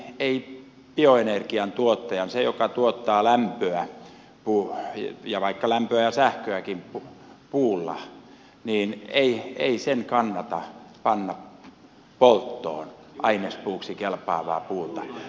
ei bioenergian tuottajan sen joka tuottaa lämpöä ja vaikka lämpöä ja sähköäkin puulla kannata panna polttoon ainespuuksi kelpaavaa puuta